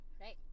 Right